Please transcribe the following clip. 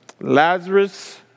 Lazarus